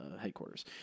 headquarters